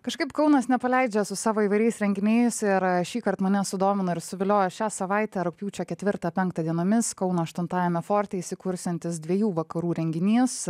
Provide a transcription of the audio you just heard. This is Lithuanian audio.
kažkaip kaunas nepaleidžia su savo įvairiais renginiais ir šįkart mane sudomino ir suviliojo šią savaitę rugpjūčio ketvirtą penktą dienomis kauno aštuntajame forte įsikursiantis dviejų vakarų renginys